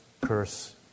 curse